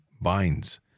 binds